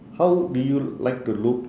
how do you like to look